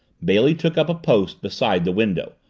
bailey took up a post beside the window,